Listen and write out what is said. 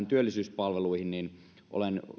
työllisyyspalveluihin niin olen